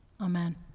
Amen